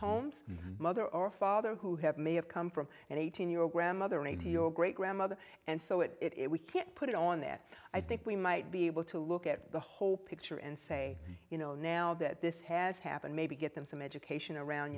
homes mother or father who have may have come from an eighteen year old grandmother radio great grandmother and so it it we can't put it on that i think we might be able to look at the whole picture and say you know now that this has happened maybe get them some education around